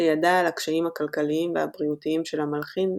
שידע על הקשיים הכלכליים והבריאותיים של המלחין,